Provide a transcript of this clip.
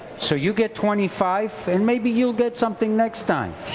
so you get twenty five and maybe you'll get something next time.